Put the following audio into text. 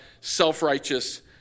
self-righteous